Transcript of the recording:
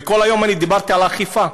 כל היום דיברתי על אכיפה,